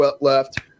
left